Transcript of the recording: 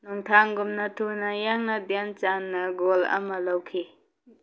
ꯅꯣꯡꯊꯥꯡꯒꯨꯝꯅ ꯊꯨꯅ ꯌꯥꯡꯅ ꯙ꯭ꯌꯥꯟ ꯆꯥꯟꯅ ꯒꯣꯜ ꯑꯃ ꯂꯧꯈꯤ